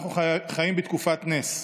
אנחנו חיים בתקופת נס.